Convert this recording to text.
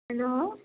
hello